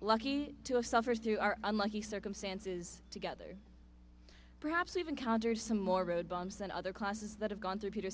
lucky to have suffered through our unlucky circumstances together perhaps even counters some more road bumps and other classes that have gone through peter